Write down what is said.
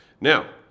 Now